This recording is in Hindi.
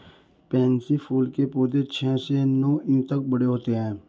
पैन्सी फूल के पौधे छह से नौ इंच तक बड़े होते हैं